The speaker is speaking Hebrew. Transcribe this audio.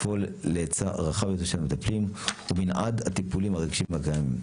לפעול להיצע רחב יותר של מטפלים ומנעד הטיפולים הרגשיים הקיימים.